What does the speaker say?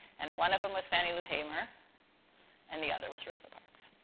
and, one of them was fannie lou hamer and the other was rosa parks.